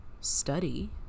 study